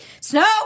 snow